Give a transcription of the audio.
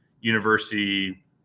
university